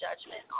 judgment